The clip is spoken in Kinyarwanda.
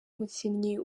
umukinnyi